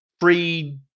free